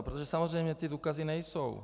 Protože samozřejmě ty důkazy nejsou.